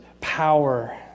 power